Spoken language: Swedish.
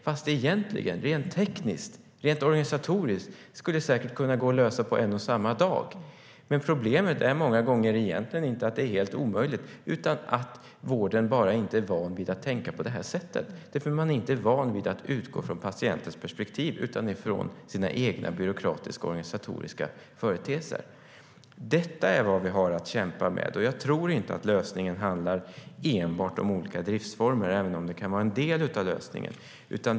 Men egentligen, rent tekniskt och organisatoriskt, skulle det säkert gå att lösa detta på en och samma dag. Problemet är många gånger inte att det är omöjligt utan att vården bara inte är van vid att tänka på det sättet därför att man i vården inte är van vid att utgå från patientens perspektiv utan från sina egna byråkratiska och organisatoriska företeelser. Detta är vad vi har att kämpa med. Jag tror inte att lösningen handlar enbart om olika driftsformer, även om det kan vara en del av lösningen.